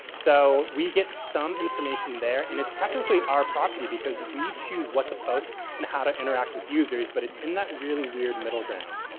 so, we get some information there, and it's technically our property because we choose what to post and how to interact with users. but it's in that really weird middle ground.